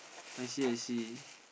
I see I see